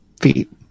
feet